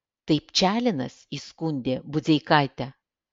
tai pčalinas įskundė budzeikaitę